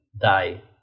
die